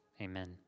Amen